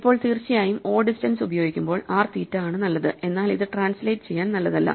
ഇപ്പോൾ തീർച്ചയായുംo ഡിസ്റ്റൻസ് ഉപയോഗിക്കുമ്പോൾ r തീറ്റ ആണ് നല്ലത് എന്നാൽ ഇത് ട്രാൻസ്ലേറ്റ് ചെയ്യാൻ നല്ലതല്ല